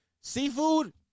Seafood